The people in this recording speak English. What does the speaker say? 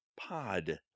Pod